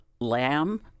Lamb